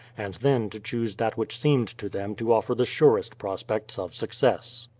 and then to choose that which seemed to them to offer the surest prospects of success.